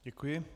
Děkuji.